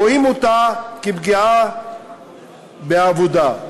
רואים אותה כפגיעה בעבודה,